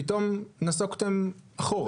ופתאום נסוגותם אחורה.